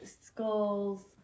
skulls